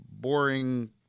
boring